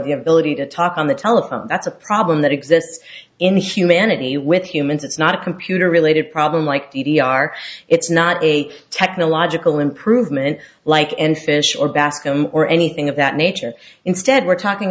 the ability to talk on the telephone that's a problem that exists in humanity with humans it's not a computer related problem like d d r it's not a technological improvement like in fish or basket or anything of that nature instead we're talking